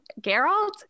Geralt